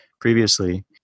previously